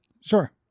sure